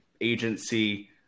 agency